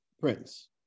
Prince